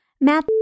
math